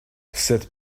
cette